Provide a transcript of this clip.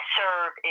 serve